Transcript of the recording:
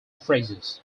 phrases